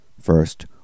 First